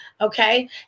Okay